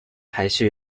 排序